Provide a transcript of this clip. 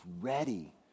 ready